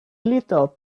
little